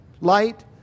light